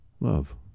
Love